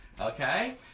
okay